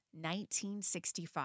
1965